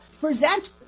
present